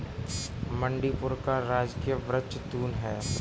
मणिपुर का राजकीय वृक्ष तून है